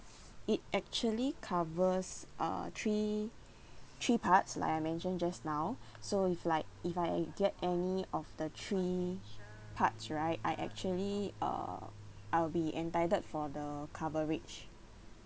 it actually covers uh three three parts like I mentioned just now so if like if I get any of the three parts right I actually uh I'll be entitled for the coverage